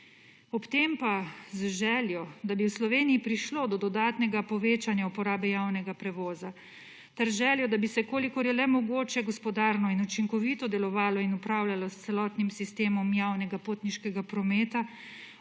Ob tem pa z željo, da bi v Sloveniji prišlo do dodatnega povečanja uporabe javnega prevoza ter željo, da bi se kolikor je le mogoče gospodarno in učinkovito delovalo in upravljalo s celotnim sistemom javnega potniškega prometa